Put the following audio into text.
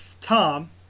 Tom